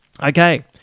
Okay